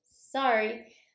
Sorry